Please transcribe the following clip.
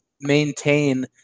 maintain